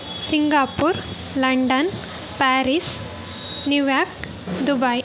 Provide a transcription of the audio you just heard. Singapore London Paris New York Dubai